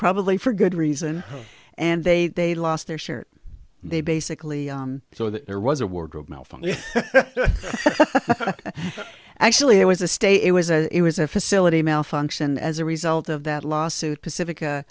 probably for good reason and they they lost their shirt they basically so that there was a wardrobe malfunction actually it was a stay it was a it was a facility malfunction as a result of that lawsuit pacifica